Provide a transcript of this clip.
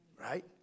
right